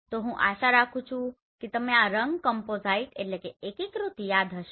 તો હું આશા રાખું છું કે તમે આ રંગ કામ્પોસાઈટCompositeએકીકૃત યાદ હશે